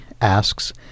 asks